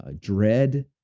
dread